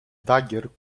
dagger